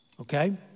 Okay